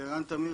ערן טמיר,